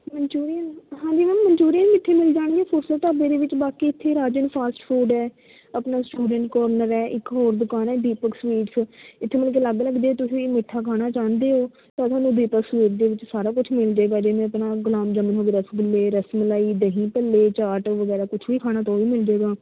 Manchurian ਹਾਂਜੀ ma'am Manchurian ਵੀ ਇੱਥੇ ਮਿਲ ਜਾਣਗੇ ਫੁਰਸਤ ਢਾਬੇ ਦੇ ਵਿੱਚ ਬਾਕੀ ਇੱਥੇ ਰਾਜਨ ਫਾਸਟ ਫੂਡ ਹੈ ਆਪਣਾ ਸਟੂਡੈਂਟ ਕੌਰਨਰ ਹੈ ਇੱਕ ਹੋਰ ਦੁਕਾਨ ਹੈ ਦੀਪਕ ਸਵੀਟਸ ਇੱਥੇ ਮਤਲਬ ਕਿ ਅਲੱਗ ਅਲੱਗ ਜੇ ਤੁਸੀਂ ਮਿੱਠਾ ਖਾਣਾ ਚਾਹੁੰਦੇ ਹੋ ਤਾਂ ਤੁਹਾਨੂੰ ਦੀਪਕ ਸਵੀਟ ਦੇ ਵਿੱਚ ਸਾਰਾ ਕੁਛ ਮਿਲ ਜੇਗਾ ਜਿਵੇਂ ਆਪਣਾ ਗੁਲਾਬ ਜਾਮੁਨ ਹੋ ਗਏ ਰਸਗੁੱਲੇ ਰਸਮਲਾਈ ਦਹੀਂ ਭੱਲੇ ਚਾਟ ਵਗੈਰਾ ਕੁਛ ਵੀ ਖਾਣਾ ਤਾਂ ਉਹ ਵੀ ਮਿਲ ਜੇਗਾ